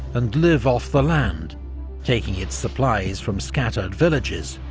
and live off the land taking its supplies from scattered villages,